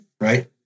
right